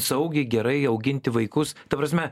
saugiai gerai auginti vaikus ta prasme